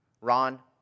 Ron